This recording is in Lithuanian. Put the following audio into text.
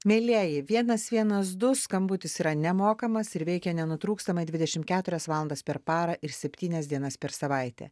mielieji vienas vienas du skambutis yra nemokamas ir veikia nenutrūkstamai dvidešim keturias valandas per parą ir septynias dienas per savaitę